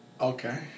Okay